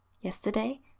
yesterday